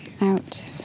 out